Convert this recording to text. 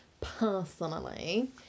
personally